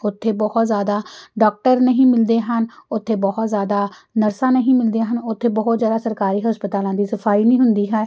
ਉੱਥੇ ਬਹੁਤ ਜ਼ਿਆਦਾ ਡੋਕਟਰ ਨਹੀਂ ਮਿਲਦੇ ਹਨ ਉੱਥੇ ਬਹੁਤ ਜ਼ਿਆਦਾ ਨਰਸਾਂ ਨਹੀਂ ਮਿਲਦੀਆਂ ਹਨ ਉੱਥੇ ਬਹੁਤ ਜ਼ਿਆਦਾ ਸਰਕਾਰੀ ਹਸਪਤਾਲਾਂ ਦੀ ਸਫਾਈ ਨਹੀਂ ਹੁੰਦੀ ਹੈ